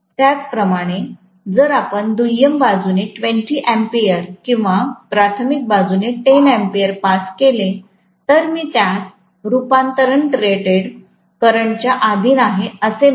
त्याचप्रमाणे जर आपण दुय्यम बाजूने 20A किंवा प्राथमिक बाजूने 10 A पास केले तर मी त्यास रूपांतरण रेटेड करंटच्या अधीन आहे असे म्हणतो